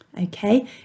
Okay